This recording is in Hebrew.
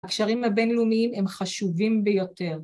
הקשרים הבינלאומיים הם חשובים ביותר